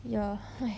ya !hais!